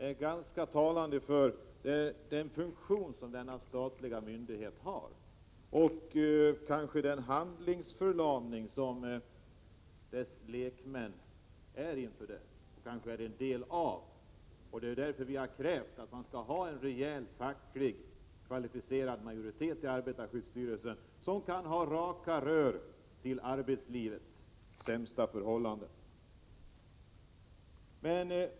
Det talar ganska tydligt om den funktion som denna statliga myndighet har och kanske om handlingsförlamningen hos dess lekmän. Därför har vi krävt att det skall finnas en rejäl, kvalificerad facklig majoritet i arbetarskyddsstyrelsen, som kan ha raka rör till arbetslivets sämsta förhållanden.